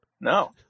no